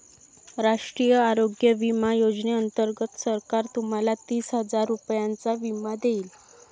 राष्ट्रीय आरोग्य विमा योजनेअंतर्गत सरकार तुम्हाला तीस हजार रुपयांचा विमा देईल